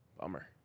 Bummer